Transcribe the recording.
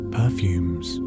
perfumes